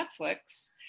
netflix